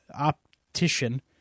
optician